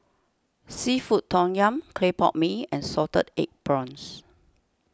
Seafood Tom Yum Clay Pot Mee and Salted Egg Prawns